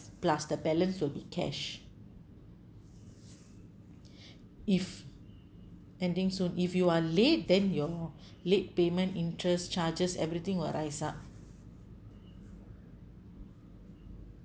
plus the balance will be cash if ending soon if you are late then your late payment interest charges everything will rise up